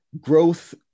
growth